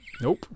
Nope